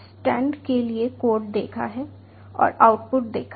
आपने स्टैंड के लिए कोड देखा है और आउटपुट देखा है